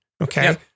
okay